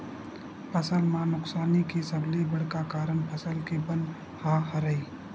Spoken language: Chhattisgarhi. फसल म नुकसानी के सबले बड़का कारन फसल के बन ह हरय